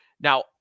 Now